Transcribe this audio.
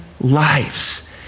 lives